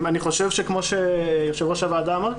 אני חושב שכמו שיושב ראש הוועדה אמר,